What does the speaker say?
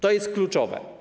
To jest kluczowe.